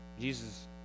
Jesus